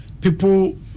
people